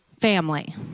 family